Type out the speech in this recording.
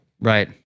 Right